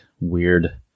weird